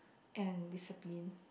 and discipline